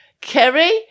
Kerry